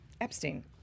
Epstein